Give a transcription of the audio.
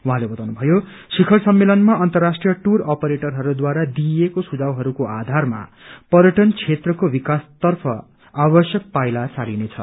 उहाँले बताउनुभयो शिखर सम्मेलनमा अन्तराष्ट्रीय टूर अपरेटरहरूद्वारा दिइएको सुझावहरूको आधारमा पर्यटन क्षेत्रको विकास तर्फ आवश्यक पाइला चालिनेछ